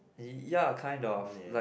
ya kind of like